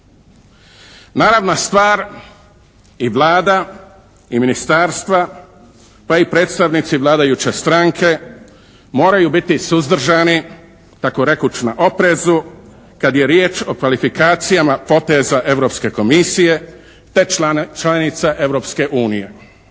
Naravna stvar, i Vlada i ministarstva pa i predstavnici vladajuće stranke moraju biti suzdržani, tako reć na oprezu, kad je riječ o kvalifikacijama poteza Europske komisije te članica Europske unije.